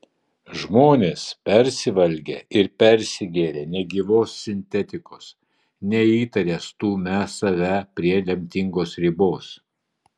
žmonės persivalgę ir persigėrę negyvos sintetikos neįtaria stumią save prie lemtingos ribos